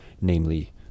namely